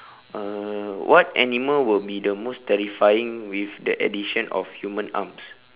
uh what animal would be the most terrifying with the addition of human arms